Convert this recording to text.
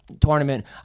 tournament